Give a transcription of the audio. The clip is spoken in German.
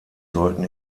sollten